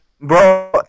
Bro